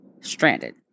stranded